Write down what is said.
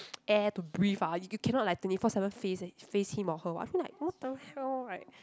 air to breathe ah you you cannot like twenty four seven face eh face him or her [what] I feel like !what-the-hell! right